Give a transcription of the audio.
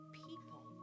people